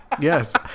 Yes